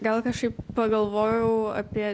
gal kažkaip pagalvojau apie